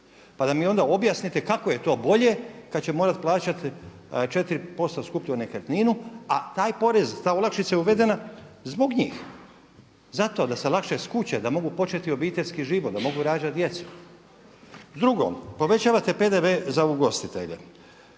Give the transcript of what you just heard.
Pa da mi onda objasnite kako je to bolje kad će morati plaćati 4% skuplju nekretninu a taj porez, ta olakšica je uvedena zbog njih zato da se lakše skuće da mogu početi obiteljski život, da mogu rađati djecu. Drugo, povećavate PDV za ugostitelje.